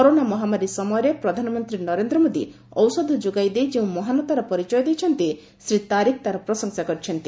corona ମହାମାରୀ ସମୟରେ ପ୍ରଧାନମନ୍ତ୍ରୀ ନରେନ୍ଦ୍ର ମୋଦୀ ଔଷଧ ଯୋଗାଇ ଦେଇ ଯେଉଁ ମହାନତାର ପରିଚୟ ଦେଇଛନ୍ତି ଶ୍ରୀ ତାରିକ୍ ତାର ପ୍ରଶଂସା କରିଛନ୍ତି